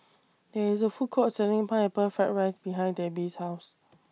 There IS A Food Court Selling Pineapple Fried Rice behind Debbie's House